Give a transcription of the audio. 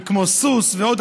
סוס ועוד,